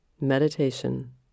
meditation